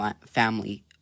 family